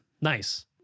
Nice